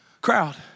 crowd